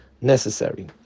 necessary